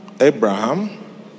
Abraham